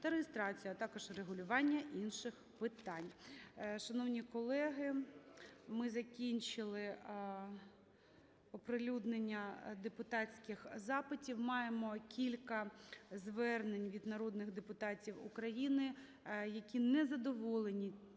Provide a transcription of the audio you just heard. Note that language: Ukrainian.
та реєстрацією, а також врегулювання інших питань. Шановні колеги, ми закінчили оприлюднення депутатських запитів. Маємо кілька звернень від народних депутатів України, які не задоволені